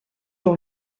dans